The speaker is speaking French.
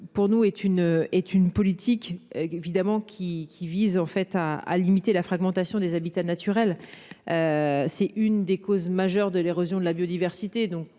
une est une politique évidemment qui qui vise en fait à, à limiter la fragmentation des habitats naturels. C'est une des causes majeures de l'érosion de la biodiversité.